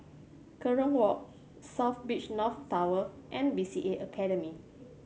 Kerong Walk South Beach North Tower and B C A Academy